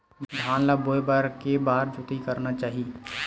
धान ल बोए बर के बार जोताई करना चाही?